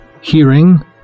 hearing